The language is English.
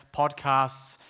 podcasts